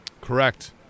Correct